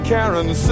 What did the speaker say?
Karen